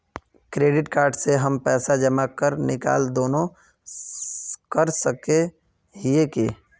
Credit card से हम पैसा जमा आर निकाल दोनों कर सके हिये की?